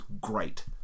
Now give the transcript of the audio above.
great